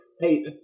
hey